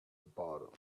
bottle